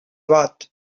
vot